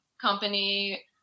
company